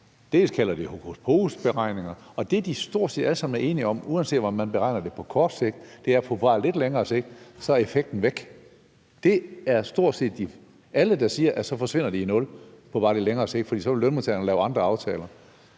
dels kalder det hokuspokusberegninger, dels at de stort set alle sammen er enige om, at uanset hvordan man beregner det på kort sigt, er effekten på bare lidt længere sigt væk. Det er stort set alle, der siger, at så forsvinder det i nul på bare lidt længere sigt, for så vil lønmodtagerne lave andre aftaler.